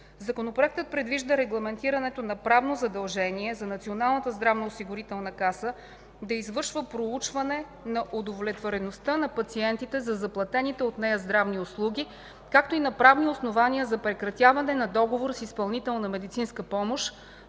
Законопроектът предвижда регламентирането на правно задължение за Националната здравноосигурителна каса да извършва проучване на удовлетвореността на пациентите за заплатените от нея здравни услуги, както и на правни основания за прекратяване на договор с изпълнител на медицинска помощ,